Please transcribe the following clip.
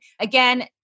again